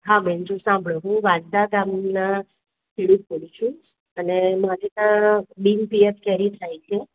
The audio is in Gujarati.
હા બેન જો સાંભળો હું વાંસદા ગામના ખેડૂત બોલું છું અને મારે ત્યાં બિન પિયત કેરી થાય છે